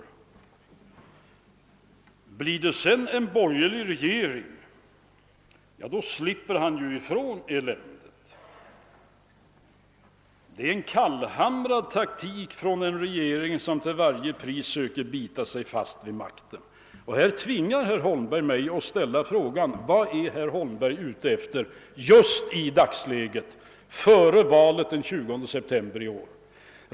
Blir det sedan en borgerlig regering slipper han ju ifrån eländet. Det är en kallhamrad taktik av en regering som till varje pris söker bita sig fast vid makten, menar han. Här tvingar herr Holmberg mig att fråga: Vad är herr Holmberg ute efter i dagsläget före valet den 20 september i år?